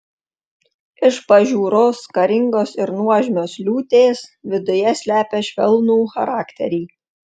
iš pažiūros karingos ir nuožmios liūtės viduje slepia švelnų charakterį